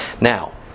Now